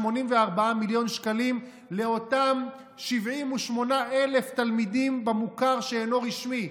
84 מיליון שקלים לאותם 78,000 תלמידים במוכר שאינו רשמי,